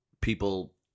people